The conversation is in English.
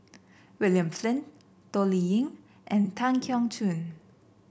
William Flint Toh Liying and Tan Keong Choon